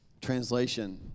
translation